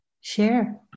share